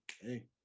hey